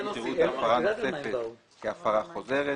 יראו את ההפרה הנוספת כהפרה חוזרת,